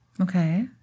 Okay